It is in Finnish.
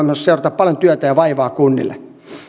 myös seurata paljon työtä ja vaivaa kunnille